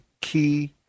key